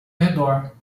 redor